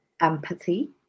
empathy